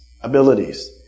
abilities